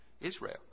Israel